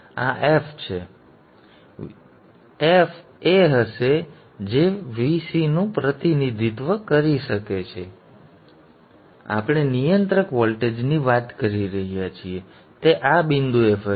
આ f હશે કે તે Vc નું પ્રતિનિધિત્વ કરી શકે છે કે આપણે નિયંત્રક વોલ્ટેજની વાત કરી રહ્યા છીએ તેથી તે આ બિંદુએ ફરે છે